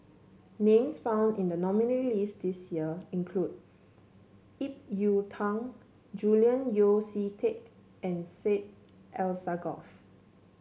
names found in the nominees' list this year include Ip Yiu Tung Julian Yeo See Teck and Syed Alsagoff